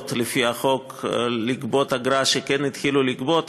חייבות לפי החוק לגבות אגרה וכן התחילו לגבות,